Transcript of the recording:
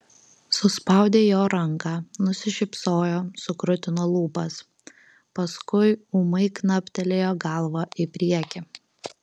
suspaudė jo ranką nusišypsojo sukrutino lūpas paskui ūmai knaptelėjo galva į priekį